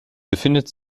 befindet